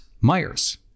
Myers